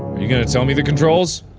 you gonna tell me the controls?